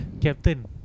Captain